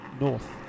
north